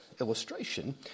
illustration